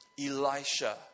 Elisha